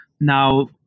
now